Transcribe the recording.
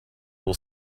will